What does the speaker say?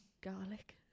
garlic